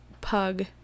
pug